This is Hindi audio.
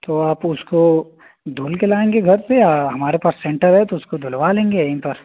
तो आप उसको धुल कर लाएँगे घर से या हमारे पास सेंटर है तो उसको धुलवा लेंगे यहीं पर